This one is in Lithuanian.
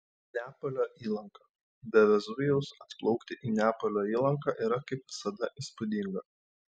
neapolio įlanka be vezuvijaus atplaukti į neapolio įlanką yra kaip visada įspūdinga